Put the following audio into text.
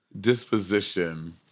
disposition